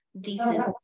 decent